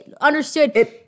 understood